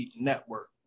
network